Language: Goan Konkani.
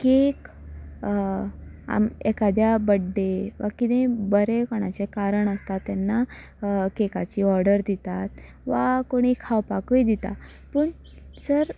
केक एखाद्या बड्डे वा कितेंय बरें कोणाचें कारण आसता तेन्ना केकाची ऑर्डर दितात वा कोणूय खावपाकूय दिता पूण सर ती